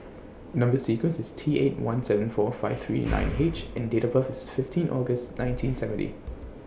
Number sequence IS T eight one seven four five three nine H and Date of birth IS fifteen August nineteen seventy